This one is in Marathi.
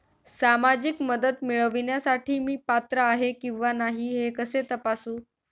सामाजिक मदत मिळविण्यासाठी मी पात्र आहे किंवा नाही हे कसे तपासू?